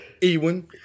Ewan